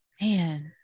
Man